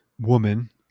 woman